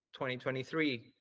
2023